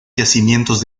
yacimientos